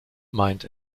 meint